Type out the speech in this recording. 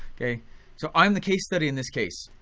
so i'm the case study in this case.